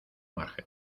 margen